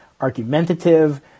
argumentative